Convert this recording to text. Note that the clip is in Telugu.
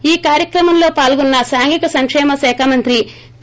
ఈ కార్యక్రమంలో పాల్గొన్న సాంఘిక సంకేమ శాఖ మంత్రి పి